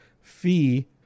fee